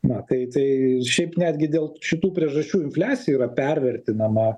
na tai tai šiaip netgi dėl šitų priežasčių infliacija yra pervertinama